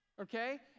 okay